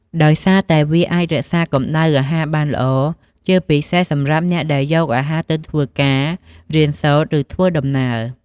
ដោយសារតែវាអាចរក្សាកម្ដៅអាហារបានល្អ ជាពិសេសសម្រាប់អ្នកដែលយកអាហារទៅធ្វើការ រៀនសូត្រ ឬធ្វើដំណើរ។